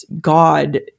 God